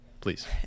Please